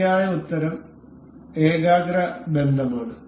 ശരിയായ ഉത്തരം ഏകാഗ്ര ബന്ധമാണ്